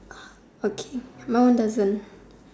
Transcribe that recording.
okay my one doesn't